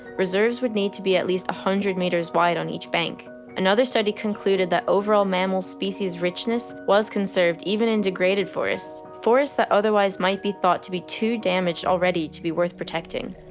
reserves would need to be at least a hundred metres wide on each bank another study concluded that over all mammal species richness was conserved even in degraded forests, forests that otherwise might be thought to be too damaged already to be worth protecting.